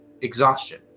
Exhaustion